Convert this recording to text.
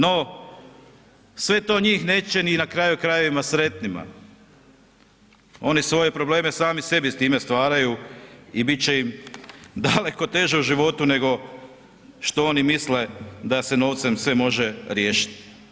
No, sve to njih neće ni na kraju krajevima sretnima, oni svoje probleme sami sebi s time stvaraju i bit će im daleko teže u životu nego što oni misle da se novcem sve može riješit.